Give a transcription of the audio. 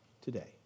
today